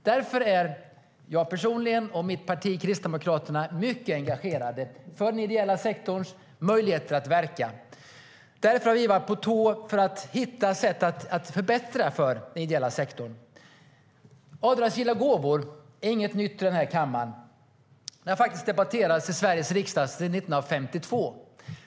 Därför är jag personligen och mitt parti Kristdemokraterna mycket engagerade i den ideella sektorns möjligheter att verka, och därför har vi varit på tå för att hitta sätt att förbättra för den ideella sektorn. Avdragsgilla gåvor är inget nytt i kammaren; det har faktiskt debatterats i Sveriges riksdag sedan 1952.